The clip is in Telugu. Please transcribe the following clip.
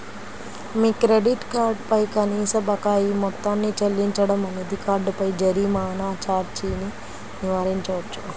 మీ క్రెడిట్ కార్డ్ పై కనీస బకాయి మొత్తాన్ని చెల్లించడం అనేది కార్డుపై జరిమానా ఛార్జీని నివారించవచ్చు